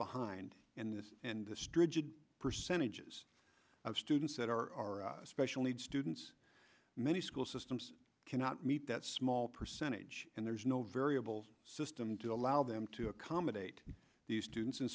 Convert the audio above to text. behind in this and the stringent percentages of students that are special needs students many school systems cannot meet that small percentage and there's no variables system to allow them to accommodate these students and